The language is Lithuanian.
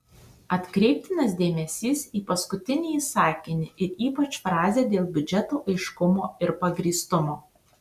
atkreiptinas dėmesys į paskutinįjį sakinį ir ypač frazę dėl biudžeto aiškumo ir pagrįstumo